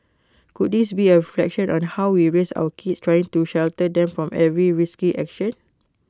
could this be A reflection on how we raise our kids trying to shelter them from every risky action